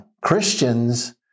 Christians